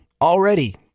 Already